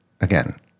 again